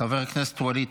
חבר הכנסת ווליד